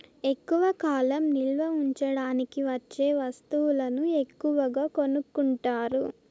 ఎక్కువ కాలం నిల్వ ఉంచడానికి వచ్చే వస్తువులను ఎక్కువగా కొనుక్కుంటారు